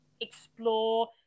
explore